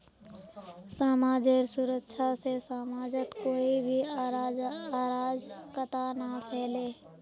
समाजेर सुरक्षा से समाजत कोई भी अराजकता ना फैले